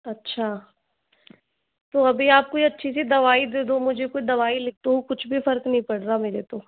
अच्छा तो अभी आप कोई अच्छी सी दवाई दे दो मुझे कुछ दवाई लिख दो कुछ भी फ़र्क नहीं पड़ रहा मुझे तो